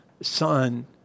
son